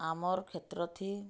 ଆମର୍ କ୍ଷେତ୍ର ଥି